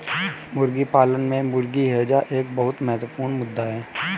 मुर्गी पालन में मुर्गी हैजा एक बहुत महत्वपूर्ण मुद्दा है